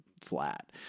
flat